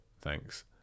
thanks